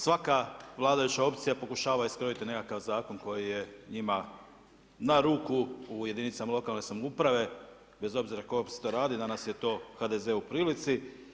Svaka vladajuća opcija pokušava iskrojiti nekakav zakon koji je njima na ruku u jedinicama lokalne samouprave bez uprave tko to radi, danas je to HDZ u prilici.